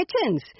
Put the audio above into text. kitchens